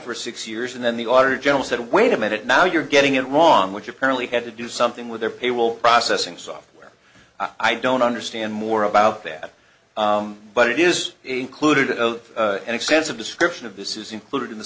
for six years and then the auditor general said wait a minute now you're getting it wrong which apparently had to do something with their pay will processing software i don't understand more about that but it is included of an extensive description of this is included in the